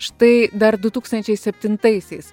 štai dar du tūkstančiai septintaisiais